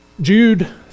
Jude